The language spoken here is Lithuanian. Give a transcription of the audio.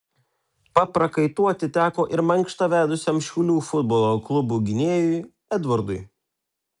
paprakaituoti teko ir mankštą vedusiam šiaulių futbolo klubo gynėjui edvardui